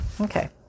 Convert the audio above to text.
okay